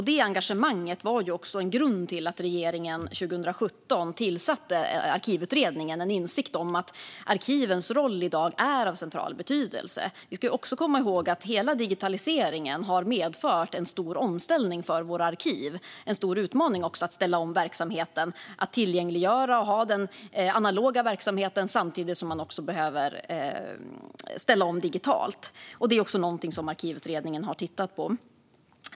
Det engagemanget samt en insikt om att arkiven är av central betydelse var också anledningar till att regeringen 2017 tillsatte Arkivutredningen. Vi ska också komma ihåg att digitaliseringen har medfört en stor omställning för våra arkiv. Det är en stor utmaning att ställa om verksamheten, tillgängliggöra och samtidigt ha den analoga verksamheten. Det är också något som Arkivutredningen har tittat på.